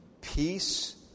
peace